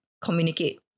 communicate